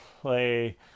play